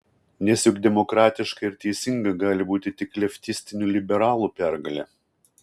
nes juk demokratiška ir teisinga gali būti tik leftistinių liberalų pergalė